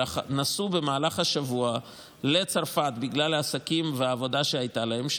אבל נסעו במהלך השבוע לצרפת בגלל העסקים והעבודה שהייתה להם שם,